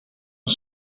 een